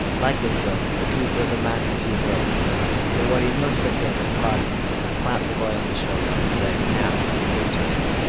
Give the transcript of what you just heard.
like his son, the cooper was a man of few words but what he must have done at parting was to clap the boy on the shoulder, and say now, go to it!